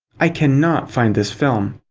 i can not find this film.